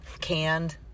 canned